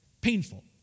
painful